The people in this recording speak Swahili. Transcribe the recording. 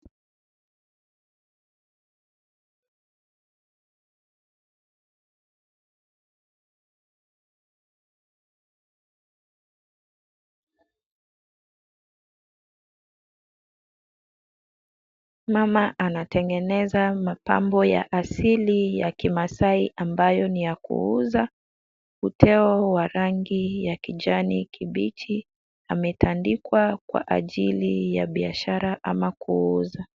Mama anatengeneza mapambo ya asili ya kimaasai ambayo ni ya kuuza, uteo wa rangi ya kijani kibichi ametandikwa ajili ya biashara ama kuuza.